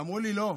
אמרו לי: לא,